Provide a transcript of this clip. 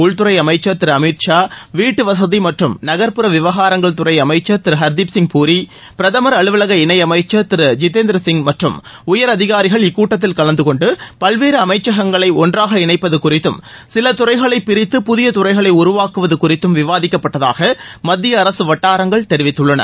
உள்துறை அமைச்சர் திரு அமித் ஷா வீட்டு வசதி மற்றும் நகர்ப்புற விவகாரங்கள் துறை அமைச்சர் திரு ஹர்தீப்சிங் பூரி பிரதமர் அலுவலக இணையமைச்சர் திரு ஜிதேந்திர சிங் மற்றும் உயர் அதிகாரிகள் இக்கூட்டத்தில் கலந்து கொண்டு பல்வேறு அமைச்சகங்களை ஒன்றாக இணைப்பது குறித்தும் சில துறைகளைப் பிரித்து புதிய துறைகளை உருவாக்குவது குறித்தும் விவாதிக்கப்பட்டதாக மத்திய அரசு வட்டாரங்கள் தெரிவித்துள்ளன